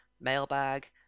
mailbag